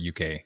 UK